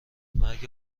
مرگ